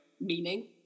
meaning